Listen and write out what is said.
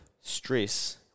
stress